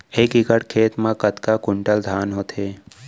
एक एकड़ खेत मा कतका क्विंटल धान होथे?